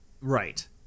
Right